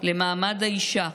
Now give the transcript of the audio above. למעמד האישה,